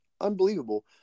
unbelievable